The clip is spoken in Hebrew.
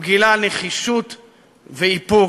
הוא גילה נחישות ואיפוק,